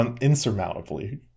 insurmountably